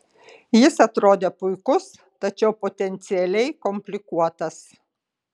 jis atrodė puikus tačiau potencialiai komplikuotas